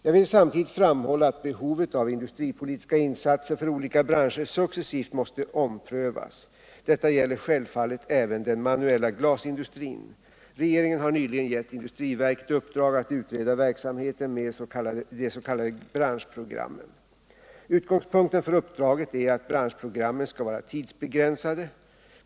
Jag vill samtidigt framhålla att behovet av industripolitiska insatser för olika branscher successivt måste omprövas. Detta gäller självfallet även den manuella glasindustrin. Regeringen har nyligen gett industriverket i uppdrag att utreda verksamheten med de s.k. branschprogrammen. Utgångspunkten för uppdraget är att branschprogrammen skall vara tidsbegränsade.